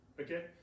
Okay